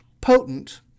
potent